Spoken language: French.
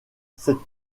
cette